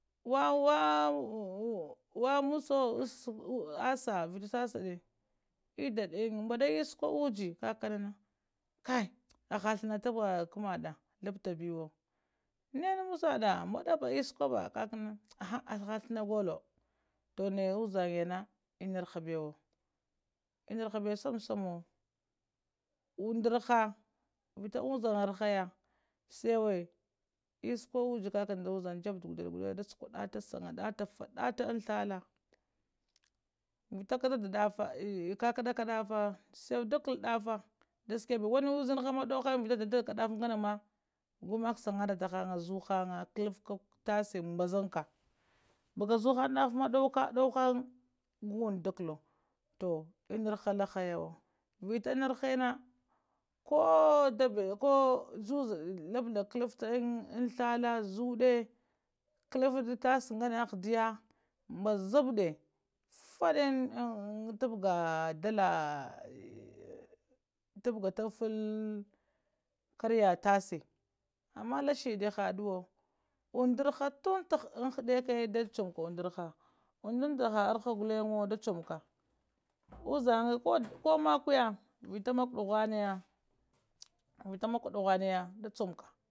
Wawoa, wa musuwe usa asha vita sasadade edaina mbadda eskuwa uji kakana aha thana takamada labtabiwo nenan musadda mbadaba esukabe kakana ha aha thana gullowo toh naya uzangayana ennaraha bewo ennarahabew samsamwo undaraha vita uzangarahaya shewe esukata uji ƙaƙa nda uzang jeɓɓe gudeguɗe da sukuwadata sangadata amthala vita kakadaka daffa sewe da kal daffo da sha kebe wani uziniha ma danhanga ma gumak sanganata hang zuwohanga kaltka tashe mbaz abka baga zuwu hanga daff ma dowka dowohanga gu unɗu da kallowo enna raha lahayawo vita enarahena koh daga koh labla kalafta amthalla zuwode kalafad tashe gane ahadiya mbazabde fadde tapga dalla tapga toffal kariya tashe ama la shiɗɗi ghaduwo unɗa rha tun haddeƙe da charka undaraha undanda ha araha gullenwo da charka uzange koh makuuja duhuna ya vita makawa duhunaya